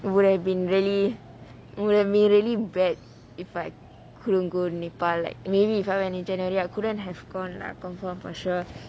it would have been really it would have been really bad if I couldn't go nepal like maybe if I went in january I couldn't have gone lah confirm for sure